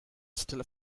still